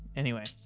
anyway,